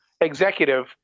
executive